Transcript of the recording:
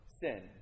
sin